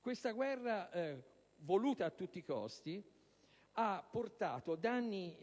Questa guerra, voluta a tutti i costi, ha portato danni